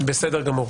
בסדר גמור.